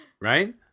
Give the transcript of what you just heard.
Right